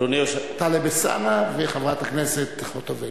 וטלב אלסאנע וחברת הכנסת חוטובלי.